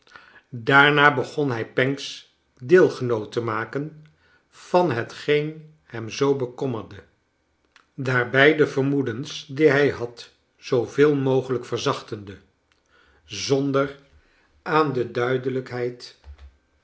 daarna begon hij pancks deelgenoot te maken van hetgeen hem zoo bekommerde daarbij de vermoedens die hij had zooveel mogelijk verzachtende zonder aan de duidelijkheid